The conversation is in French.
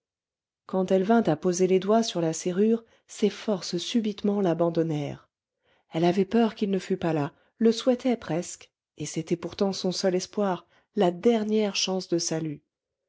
quand elle vint à poser les doigts sur la serrure ses forces subitement l'abandonnèrent elle avait peur qu'il ne fût pas là le souhaitait presque et c'était pourtant son seul espoir la dernière chance de salut